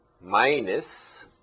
minus